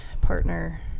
partner